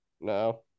No